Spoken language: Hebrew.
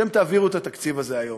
אתם תעבירו את התקציב הזה היום,